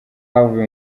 havuye